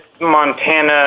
Montana